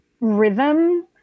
rhythm